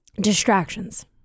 Distractions